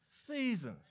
seasons